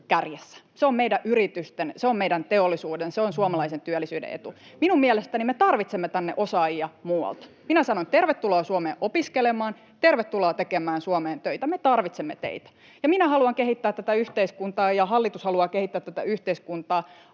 se on meidän teollisuuden ja se on suomalaisen työllisyyden etu. Minun mielestäni me tarvitsemme tänne osaajia muualta. Minä sanon: ”Tervetuloa Suomeen opiskelemaan. Tervetuloa tekemään Suomeen töitä. Me tarvitsemme teitä.” Ja minä haluan kehittää tätä yhteiskuntaa ja hallitus haluaa kehittää tätä yhteiskuntaa